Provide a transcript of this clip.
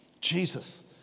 Jesus